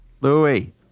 Louis